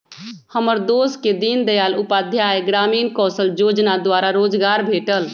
हमर दोस के दीनदयाल उपाध्याय ग्रामीण कौशल जोजना द्वारा रोजगार भेटल